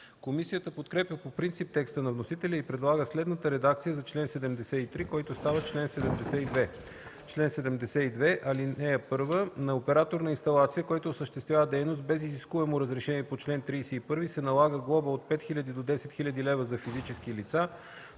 Комисията подкрепя по принцип текста на вносителя и предлага следната редакция за чл. 73, който става чл. 72: „Чл. 72. (1) На оператор на инсталация, който осъществява дейност без изискуемо разрешение по чл. 31, се налага глоба от 5000 до 10 000 лв. - за физическите лица,